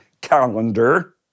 calendar